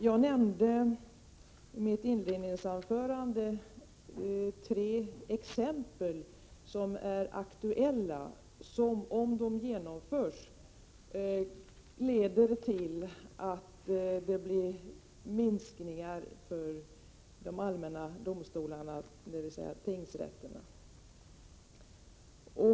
Jag nämnde i mitt inledningsanförande tre aktuella exempel på åtgärder som, om de genomförs, leder till att det blir minskningar för de allmänna domstolarna, dvs. tingsrätterna.